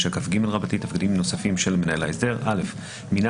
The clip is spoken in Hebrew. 159כגתפקידים נוספים של מנהל ההסדר מינה